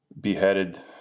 Beheaded